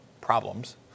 problems